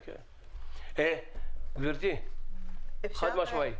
כן, כן גברתי, חד-משמעית.